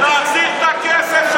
תחזיר את הכסף,